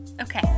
Okay